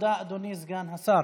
תודה, אדוני סגן השר.